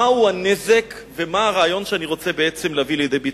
מהו הנזק ומה הרעיון שבעצם אני רוצה להביא לידי ביטוי?